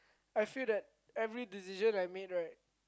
I feel that every decision I made right